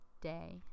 day